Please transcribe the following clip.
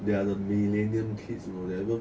they're the millenium kids you know they never